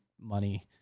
money